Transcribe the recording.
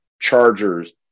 Chargers